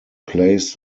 plays